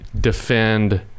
defend –